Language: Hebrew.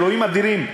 אלוהים אדירים,